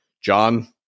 John